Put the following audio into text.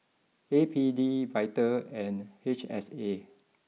A P D Vital and H S A